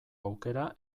aukera